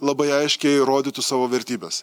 labai aiškiai rodytų savo vertybes